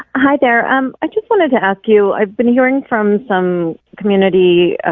hi there, ah um i just wanted to ask you. i've been hearing from some community